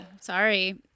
Sorry